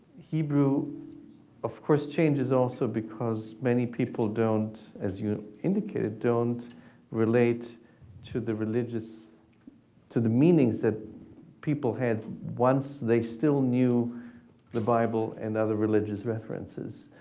hebrew of course changes also because many people don't, as you indicated, don't relate to the religious to the meanings that people had, once they still knew the bible and other religious references.